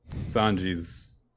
Sanji's